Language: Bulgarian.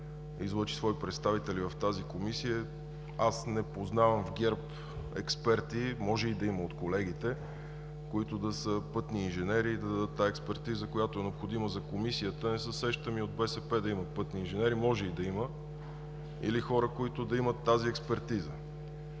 излъчи свои представители в тази комисия. Аз не познавам в ГЕРБ експерти, може да има от колегите, които да са пътни инженери и да дадат тази експертиза, която е необходима за комисията. Не се сещам и от БСП да има пътни инженери, може и да има, или хора, които да имат тази експертиза.